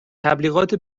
تبلیغات